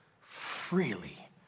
freely